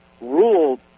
ruled